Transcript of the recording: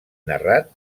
narrat